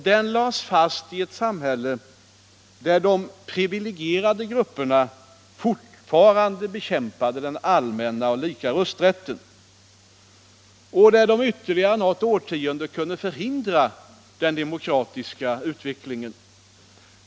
Den lades fast i ett samhälle där de privilegierade grupperna fortfarande bekämpade den allmänna och lika rösträtten och där de under ytterligare något årtionde kunde förhindra den demokratiska utvecklingen.